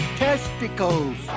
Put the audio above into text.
testicles